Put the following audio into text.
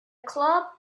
club